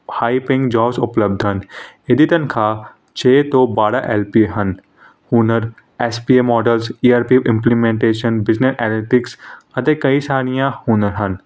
high paying jobs ਉਪਲੱਬਧ ਹਨ ਇਹਦੀ ਤਨਖਾਹ ਛੇ ਤੋਂ ਬਾਰਾਂ ਐਲ ਪੀ ਹਨ ਹੁਨਰ S P M models E R P implementation business analytics ਅਤੇ ਕਈ ਸਾਰੀਆਂ ਹੁਨਰ ਹਨ